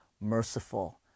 merciful